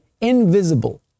invisible